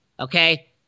Okay